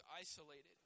isolated